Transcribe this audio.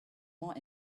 more